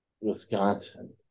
Wisconsin